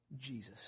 Jesus